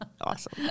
Awesome